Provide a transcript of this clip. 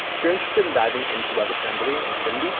if you're interested in diving into webassembly and simd,